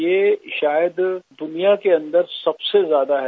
ये शायद दुनिया के अन्दर सबसे ज्यादा है